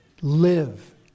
live